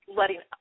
letting